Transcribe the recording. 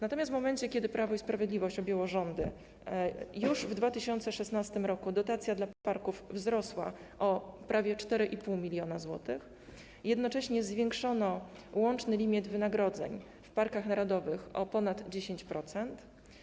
Natomiast w momencie kiedy Prawo i Sprawiedliwość objęło rządy, już w 2016 r. dotacja dla parków wzrosła o prawie 4,5 mln zł, a jednocześnie zwiększono łączny limit wynagrodzeń pracowników parków narodowych o ponad 10%.